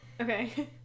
Okay